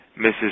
Mrs